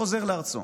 חוזר לארצו.